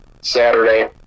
Saturday